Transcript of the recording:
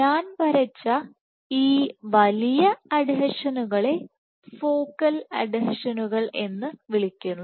ഞാൻ വരച്ച ഈ വലിയ അഡ്ഹീഷനുകളെ ഫോക്കൽ അഡ്ഹീഷനുകൾ എന്ന് വിളിക്കുന്നു